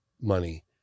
money